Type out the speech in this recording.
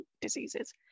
diseases